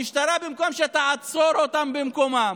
המשטרה, במקום שתעצור אותם במקומם